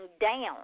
down